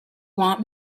want